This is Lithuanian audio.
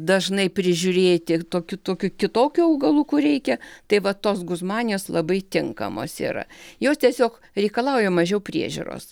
dažnai prižiūrėti tokį tokių kitokių augalų kur reikia tai va tos guzmanijos labai tinkamos yra jos tiesiog reikalauja mažiau priežiūros